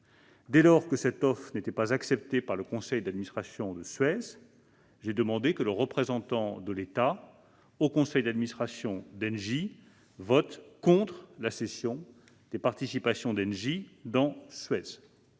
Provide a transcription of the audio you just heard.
Dès lors que cette offre n'était pas acceptée par le conseil d'administration de Suez, j'ai demandé que le représentant de l'État au conseil d'administration (CA) d'Engie vote contre la cession des participations d'Engie dans Suez.